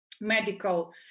medical